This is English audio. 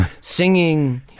singing